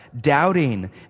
doubting